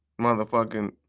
motherfucking